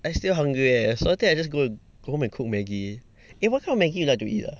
I still hungry leh so I think I just go and go home and cook Maggi eh what kind of Maggi you like to eat ah